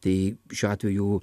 tai šiuo atveju